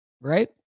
right